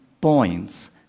points